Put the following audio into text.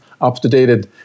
up-to-date